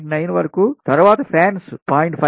90 వరకు తరువాత ఫ్యాన్స్ 0